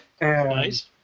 Nice